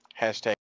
Hashtag